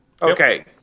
Okay